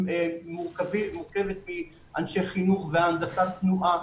שמורכבת מאנשי חינוך והנדסת תנועה,